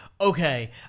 okay